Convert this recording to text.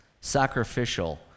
Sacrificial